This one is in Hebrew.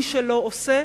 מי שלא עושה,